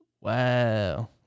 Wow